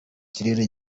kirere